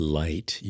light